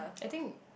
I think